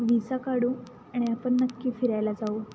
visa काढू आणि आपण नक्की फिरायला जाऊ